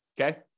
Okay